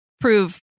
prove